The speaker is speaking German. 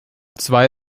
zwei